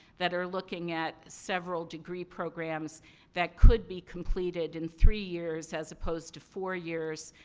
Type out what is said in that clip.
that are looking at several degree programs that could be completed in three years, as opposed to four years,